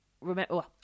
remember